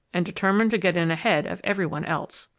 and determined to get in ahead of every one else.